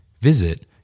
Visit